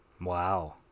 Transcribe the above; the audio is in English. Wow